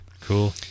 Cool